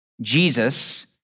Jesus